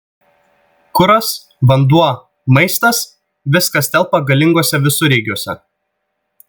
kuras vanduo maistas viskas telpa galinguose visureigiuose